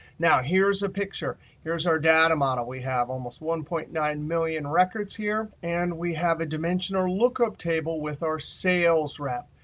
now here's a picture. here's our data model. we have almost one point nine million records here. and we have a dimension or lookup table with our sales rep.